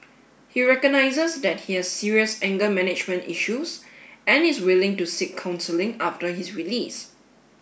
he recognizes that he has serious anger management issues and is willing to seek counselling after his release